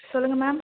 சொல்லுங்கள் மேம்